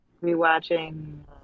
re-watching